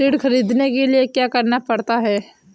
ऋण ख़रीदने के लिए क्या करना पड़ता है?